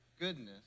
goodness